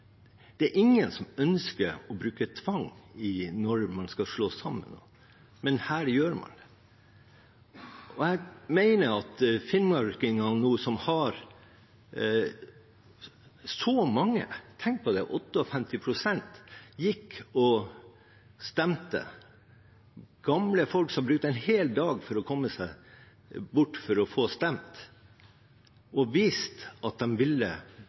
det er ingen – som ønsker å bruke tvang når man skal slå sammen noen. Men her gjør man det. Så mange finnmarkinger gikk og stemte – 58 pst., tenk på det! Det var gamle folk som brukte en hel dag for å komme seg bort for å få stemt og vist at de ville